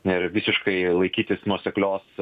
na ir visiškai laikytis nuoseklios